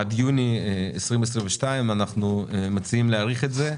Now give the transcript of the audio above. עד יוני 2022, אנחנו מציעים להאריך את זה,